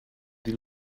dit